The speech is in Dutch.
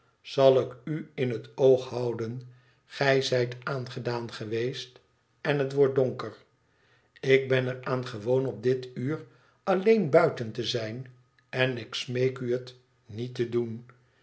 zal ik u in het oog houden gij zijt aangedaan geweest en het wordt donker ik ben er aan gewoon op dit uur alleen buiten te zijn en ik smeek u het niet te doen